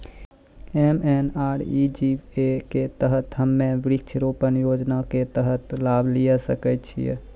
MNREGA के तहत हम्मय वृक्ष रोपण योजना के तहत लाभ लिये सकय छियै?